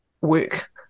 work